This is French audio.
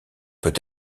peut